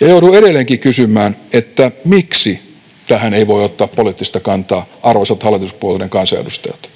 Ja joudun edelleenkin kysymään, miksi tähän ei voi ottaa poliittista kantaa, arvoisat hallituspuolueiden kansanedustajat.